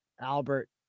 Albert